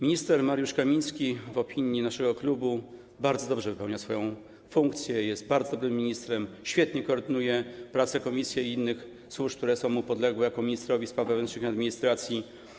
Minister Mariusz Kamiński w opinii naszego klubu bardzo dobrze wypełnia swoją funkcję, jest bardzo dobrym ministrem, świetnie koordynuje prace komisji i innych służb, które są mu podległe jako ministrowi spraw wewnętrznych i administracji.